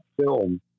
film